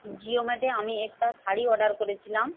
জিওমেটে আমি একটা শাড়ি অর্ডার করেছিলাম